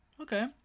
okay